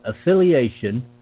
affiliation